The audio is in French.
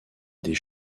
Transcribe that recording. des